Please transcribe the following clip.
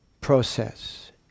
process